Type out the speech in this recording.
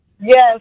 Yes